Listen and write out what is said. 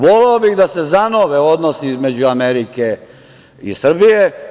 Voleo bih da se zanove odnosi između Amerike i Srbije.